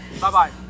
bye-bye